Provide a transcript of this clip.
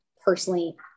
personally